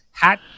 Hat